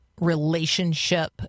relationship